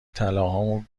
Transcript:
طلاهامو